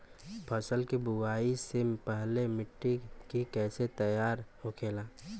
फसल की बुवाई से पहले मिट्टी की कैसे तैयार होखेला?